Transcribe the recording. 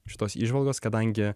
šitos įžvalgos kadangi